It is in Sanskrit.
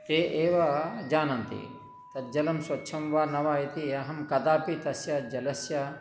ते एव जानन्ति तज्जलं स्वच्छं वा न वा इति अहं कदापि तस्य जलस्य